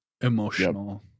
emotional